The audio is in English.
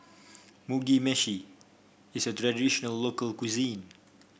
Mugi Meshi is a traditional local cuisine